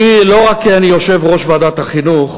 אני, לא רק כי אני יושב-ראש ועדת החינוך,